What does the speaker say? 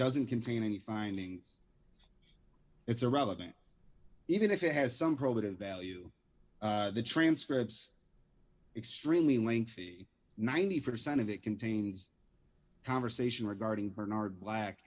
doesn't contain any findings it's irrelevant even if it has some probative value the transcripts extremely lengthy ninety percent of it contains conversation regarding bernard